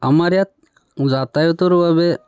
আমাৰ ইয়াত যাতায়তৰ বাবে